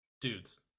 dudes